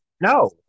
No